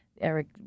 Eric